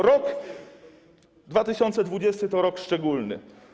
Rok 2020 to rok szczególny.